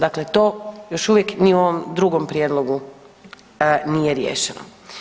Dakle, to još uvijek ni u ovom drugom prijedlogu nije riješeno.